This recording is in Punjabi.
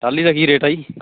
ਟਾਹਲੀ ਦਾ ਕੀ ਰੇਟ ਆ ਜੀ